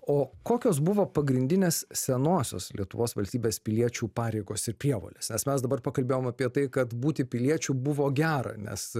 o kokios buvo pagrindinės senosios lietuvos valstybės piliečių pareigos ir prievolės nes mes dabar pakalbėjom apie tai kad būti piliečiu buvo gera nes